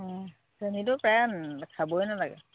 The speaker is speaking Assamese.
অঁ চেনিটো প্ৰায় খাবই নালাগে